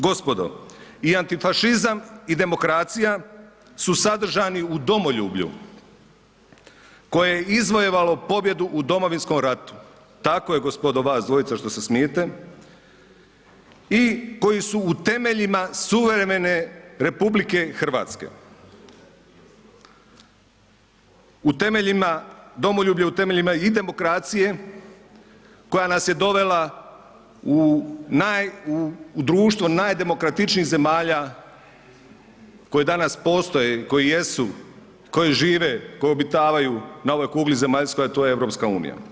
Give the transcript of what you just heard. Gospodo, i antifašizam i demokracija su sadržani u domoljublju koje je izvojevalo pobjedu u domovinskom ratu, tako je gospodo vas dvojica što se smijete i koji su u temeljima suvremene RH, u temeljima, domoljublje u temeljima i demokracije koja nas je dovela u naj, u društvo najdemokratičnijih zemalja koje danas postoje, koji jesu, koji žive, koji obitavaju na ovoj kugli zemaljskoj, a to je EU.